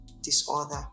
disorder